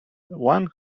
one